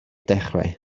dechrau